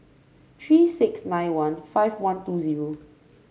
three six nine one five one two zero